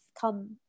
come